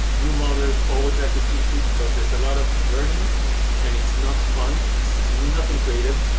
new modelers always have this issue because there's a lot of learning and it's not fun. it's nothing creative.